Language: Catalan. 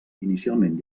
inicialment